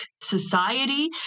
society